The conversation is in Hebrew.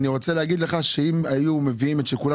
אני רוצה להגיד לך שאם היו מביאים את של כולם